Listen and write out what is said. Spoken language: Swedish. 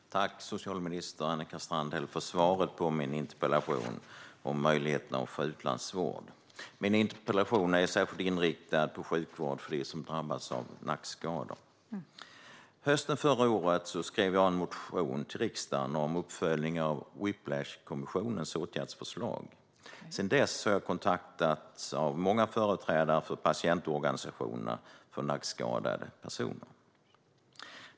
Fru talman! Tack, socialminister Annika Strandhäll, för svaret på min interpellation om möjligheterna att få utlandsvård! Min interpellation är särskilt inriktad på sjukvård för dem som drabbats av nackskador. Hösten förra året skrev jag en motion till riksdagen om en uppföljning av Whiplashkommissionens åtgärdsförslag. Sedan dess har jag kontaktats av många företrädare för patientorganisationer för nackskadade personer.